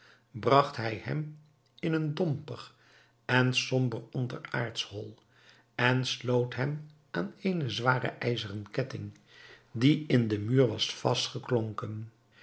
bragt hij hem in een dompig en somber onderaardsch hol en sloot hem aan eenen zwaren ijzeren ketting die in den muur was vastgeklonken